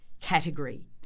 category